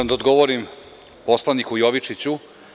Moram da odgovorim poslaniku Jovičiću.